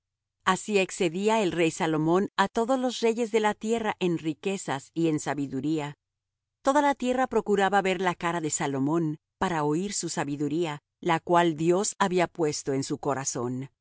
así excedía el rey salomón á todos los reyes de la tierra en riquezas y en sabiduría toda la tierra procuraba ver la cara de salomón para oir su sabiduría la cual dios había puesto en su corazón